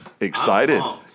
excited